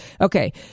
Okay